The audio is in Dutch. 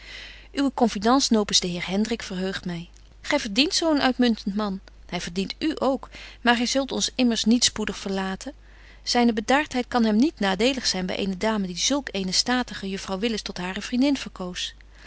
confidence nopens den heer hendrik verheugt my gy verdient zo een uitmuntent man hy verdient u ook maar gy zult ons immers niet spoedig verlaten zyne bedaartheid kan hem niet nadelig zyn by eene dame die zulk eene statige juffrouw willis tot hare vriendin verkoos